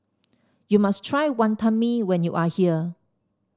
you must try Wantan Mee when you are here